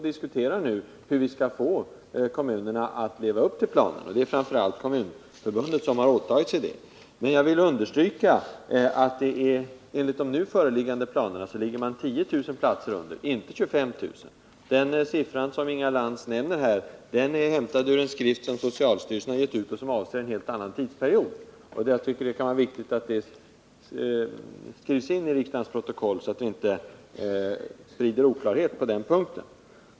Vi diskuterar hur vi skall få kommunerna att leva upp till planen, och det är framför allt Kommunförbundet som har åtagit sig att bevaka detta. Jag vill också understryka att kommunerna enligt de föreliggande planerna ligger under med 10 000 platser, inte 25 000. Den siffra som Inga Lantz nämnde är hämtad ur en skrift som socialstyrelsen har givit ut och som avser en annan tidsperiod. Det är viktigt att detta skrivs in i riksdagens protokoll, så att vi inte sprider oklarhet på den här punkten.